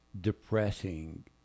depressing